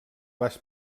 baix